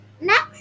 Next